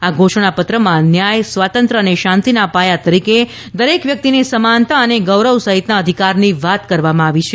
આ ઘોષણાપત્રમાં ન્યાય સ્વાતંત્ર્ય અને શાંતિના પાયા તરીકે દરેક વ્યક્તિને સમાનતા અને ગૌરવ સહિતના અધિકારની વાત કરવામાં આવી છે